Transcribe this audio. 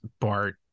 Bart